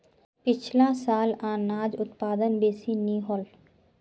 पिछला साल अनाज उत्पादन बेसि नी होल